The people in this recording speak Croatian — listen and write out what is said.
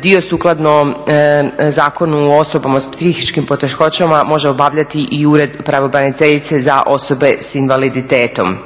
dio sukladno Zakonu o osobama s psihičkim poteškoćama može obavljati i Ured pravobraniteljice za osobe s invaliditetom.